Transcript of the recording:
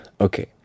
Okay